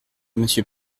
monsieur